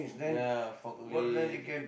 ya forklift